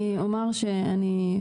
אני אומר שאני,